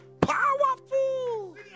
Powerful